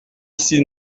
s’il